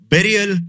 Burial